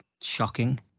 shocking